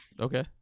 Okay